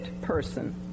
person